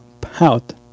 pout